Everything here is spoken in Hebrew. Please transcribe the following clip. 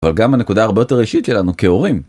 אבל גם הנקודה הרבה יותר ראשית שלנו כהורים.